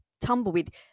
tumbleweed